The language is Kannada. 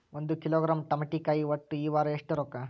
ಒಂದ್ ಕಿಲೋಗ್ರಾಂ ತಮಾಟಿಕಾಯಿ ಒಟ್ಟ ಈ ವಾರ ಎಷ್ಟ ರೊಕ್ಕಾ?